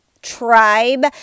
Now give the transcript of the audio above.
tribe